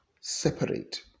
separate